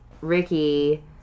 Ricky